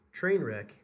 Trainwreck